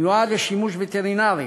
המיועד לשימוש וטרינרי,